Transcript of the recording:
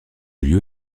lieu